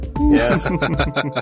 Yes